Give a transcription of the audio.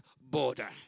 border